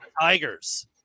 Tigers